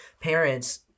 parents